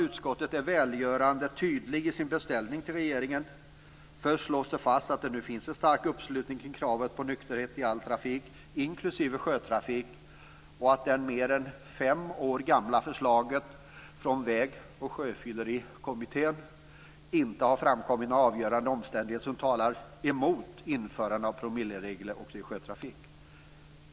Utskottet är välgörande tydligt i sin beställning till regeringen. Först slås det fast att det nu finns en stark uppslutning kring kravet på nykterhet i all trafik, inklusive sjötrafik, och att det efter det mer än fem år gamla förslaget från Väg och sjöfyllerikommittén inte har framkommit några avgörande omständigheter som talar mot införande av promilleregler även i sjötrafik.